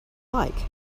like